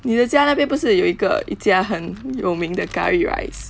你的家那边不是有一个一家很有名的 curry rice